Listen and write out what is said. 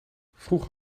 vroeger